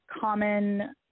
common